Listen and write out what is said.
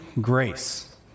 grace